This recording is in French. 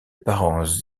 parents